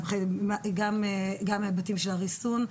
גם בהיבטים של הריסון,